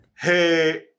Hey